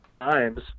times